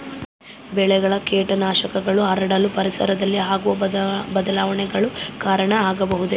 ಬೆಳೆಗೆ ಕೇಟನಾಶಕಗಳು ಹರಡಲು ಪರಿಸರದಲ್ಲಿ ಆಗುವ ಬದಲಾವಣೆಗಳು ಕಾರಣ ಆಗಬಹುದೇ?